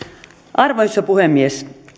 arvoisa puhemies